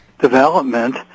development